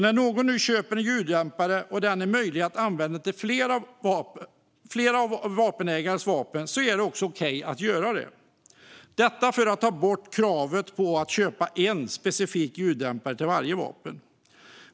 När någon nu köper en ljuddämpare som är möjlig att använda till flera av vapenägarens vapen är det okej att också göra det, detta för att ta bort kravet på att behöva köpa en specifik ljuddämpare till varje vapen.